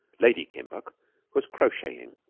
lady kimbuck was crocheting,